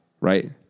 right